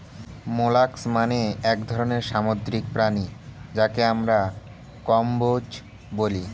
molluscs মানে এক ধরনের সামুদ্রিক প্রাণী যাকে আমরা কম্বোজ বলি